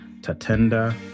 Tatenda